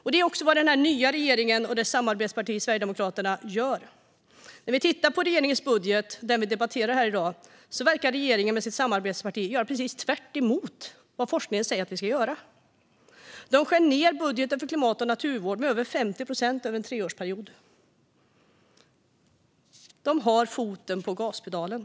Detta är också vad den nya regeringen och dess samarbetsparti Sverigedemokraterna gör. I den budget som vi debatterar här i dag verkar regeringen med sitt samarbetsparti göra precis tvärtemot vad forskningen säger att vi ska göra. Man skär ned budgeten för klimat och naturvård med över 50 procent över en treårsperiod. Man har foten på gaspedalen.